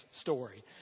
story